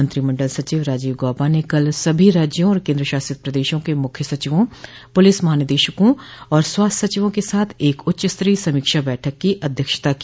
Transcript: मंत्रिमंडल सचिव राजीव गौबा ने कल सभी राज्यों और केंद्रशासित प्रदेशों के मुख्य सचिवों पुलिस महानिदेशकों और स्वास्थ्य सचिवों के साथ एक उच्चस्तरीय समीक्षा बैठक की अध्यक्षता की